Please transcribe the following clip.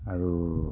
আৰু